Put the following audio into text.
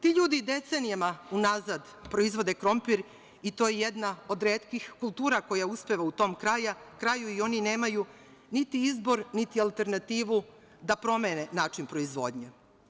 Ti ljudi decenijama unazad proizvode krompir i to je jedna od retkih kultura koja uspeva u tom kraju i oni nemaju niti izbor niti alternativu da promene način proizvodnje.